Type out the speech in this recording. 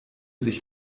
sich